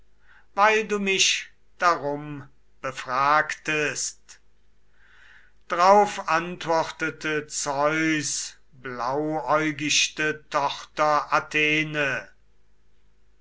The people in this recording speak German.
weil du mich darum befragest drauf antwortete zeus blauäugichte